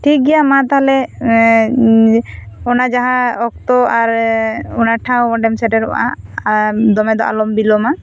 ᱴᱷᱤᱠ ᱜᱤᱭᱟ ᱢᱟ ᱛᱟᱦᱚᱞᱮ ᱚᱱᱟ ᱢᱟᱦᱟᱸ ᱚᱠᱛᱚ ᱟᱨ ᱚᱱᱟ ᱴᱷᱟᱶ ᱥᱮᱴᱮᱨᱚᱜ ᱟ ᱟᱨ ᱫᱚᱢᱮ ᱫᱚ ᱟᱞᱚᱢ ᱵᱤᱞᱚᱢᱟ